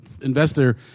Investor